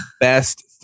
best